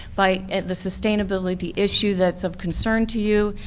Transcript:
by the sustainability issue that's of concern to you,